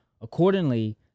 Accordingly